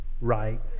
Right